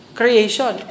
creation